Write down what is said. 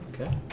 Okay